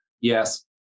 yes